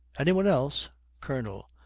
any one else colonel.